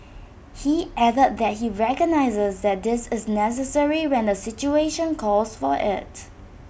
he added that he recognises that this is necessary when the situation calls for IT